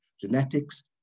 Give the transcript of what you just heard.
genetics